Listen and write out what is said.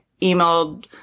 emailed